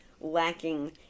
lacking